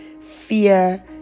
fear